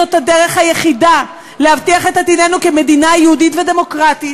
זאת הדרך היחידה להבטיח את עתידנו כמדינה יהודית ודמוקרטית.